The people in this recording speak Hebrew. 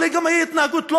אלא זו גם התנהגות לא